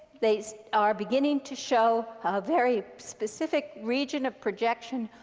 they are beginning to show a very specific region of projection,